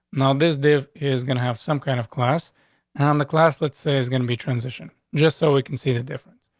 now, this day is gonna have some kind of class on the class. let's say is gonna be transition just so we can see the difference,